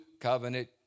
covenant